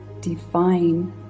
define